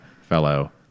fellow